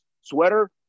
sweater